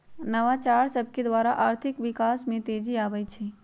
नवाचार सभकेद्वारा आर्थिक विकास में तेजी आबइ छै